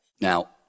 Now